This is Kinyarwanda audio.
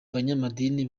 banyamadini